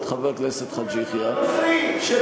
חמש פעמים ביום צריך להתפלל,